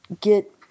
get